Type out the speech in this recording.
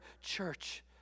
church